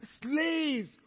slaves